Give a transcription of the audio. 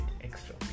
extra